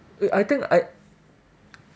eh I think I